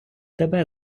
тебе